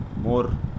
more